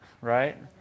right